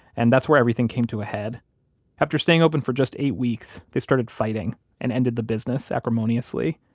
and that's where everything came to a head after staying open for just eight weeks, they started fighting and ended the business acrimoniously.